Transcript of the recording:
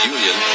Union